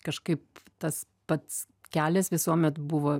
kažkaip tas pats kelias visuomet buvo